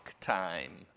time